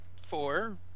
Four